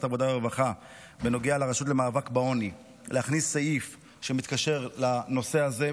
העבודה והרווחה בנוגע לרשות למאבק בעוני סעיף שמתקשר לנושא הזה,